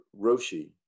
Roshi